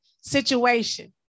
situation